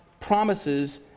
promises